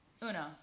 uno